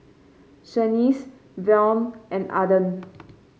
Shaniece Vaughn and Arden